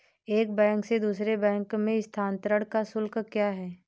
एक बैंक से दूसरे बैंक में स्थानांतरण का शुल्क क्या है?